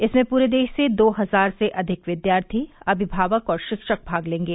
इसमें पूरे देश से दो हजार से अधिक विद्यार्थी अभिभावक और शिक्षक भाग लेंगे